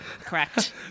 correct